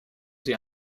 sie